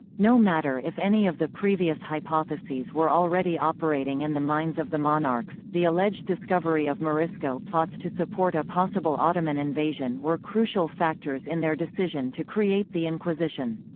no matter if any of the previous hypotheses were already operating in the minds of the monarchs, the alleged discovery of morisco plots to support a possible ottoman invasion were crucial factors in their decision to create the inquisition.